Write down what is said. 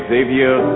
Xavier